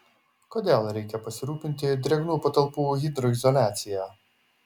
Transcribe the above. kodėl reikia pasirūpinti drėgnų patalpų hidroizoliacija